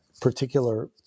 particular